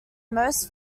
most